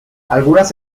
algunas